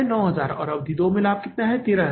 यह 9000 और अवधि दो में कितना लाभ है